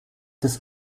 des